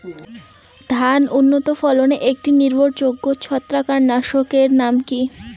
ধান উন্নত ফলনে একটি নির্ভরযোগ্য ছত্রাকনাশক এর নাম কি?